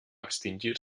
extingir